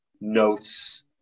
notes